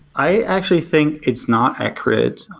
i actually think it's not accurate.